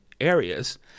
areas